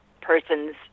person's